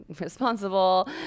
responsible